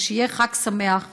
ושיהיה חג שמח לכולנו.